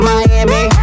Miami